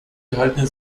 gehaltenen